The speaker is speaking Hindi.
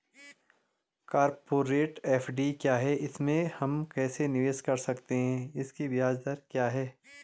कॉरपोरेट एफ.डी क्या है इसमें हम कैसे निवेश कर सकते हैं इसकी ब्याज दर क्या है?